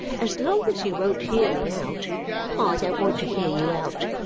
as long as you won't hear me out i don't want to hear you out.